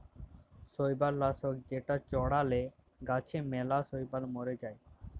শৈবাল লাশক যেটা চ্ড়ালে গাছে ম্যালা শৈবাল ম্যরে যায়